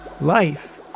Life